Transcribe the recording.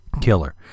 killer